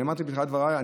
כפי שאמרתי בתחילת דבריי.